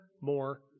more